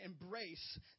embrace